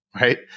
right